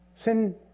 Sin